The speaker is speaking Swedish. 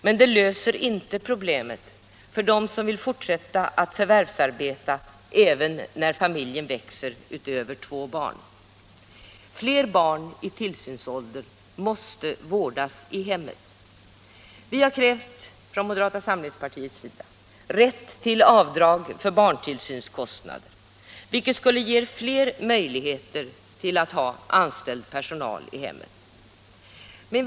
Men det löser inte problemen för dem som vill fortsätta att förvärvsarbeta även när familjen växer utöver två barn. Fler barn i tillsynsåldern måste vårdas i hemmet. Vi har från moderata samlingspartiets sida krävt rätt till avdrag för barntillsynskostnader, vilket skulle ge fler möjligheter att ha anställd personal i hemmet.